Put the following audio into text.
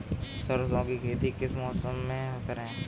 सरसों की खेती किस मौसम में करें?